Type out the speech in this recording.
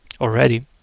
already